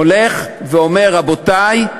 הולך ואומר: רבותי,